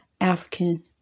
African